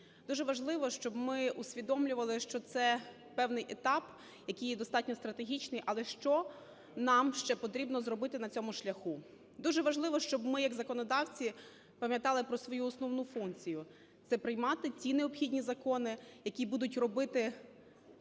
Дуже важливо, щоб ми усвідомлювали, що це певний етап, який є достатньо стратегічний. Але що нам ще потрібно зробити на цьому шляху? Дуже важливо, щоб ми як законодавці пам'ятали про свою основну функцію – це приймати ті необхідні закони, які будуть робити